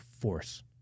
force